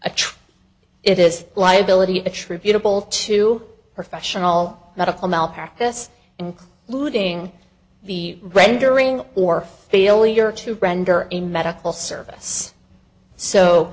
a true it is liability attributable to professional medical malpractise including the rendering or failure to render in medical service